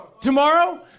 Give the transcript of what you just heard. Tomorrow